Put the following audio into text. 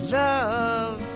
love